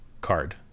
card